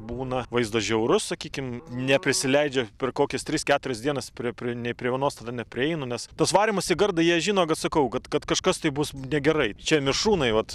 būna vaizdas žiaurus sakykim neprisileidžia per kokias tris keturias dienas prie prie nei prie vienos tada neprieinu nes tas varymas į gardą jie žino kad sakau kad kad kažkas tai bus negerai čia mišrūnai vat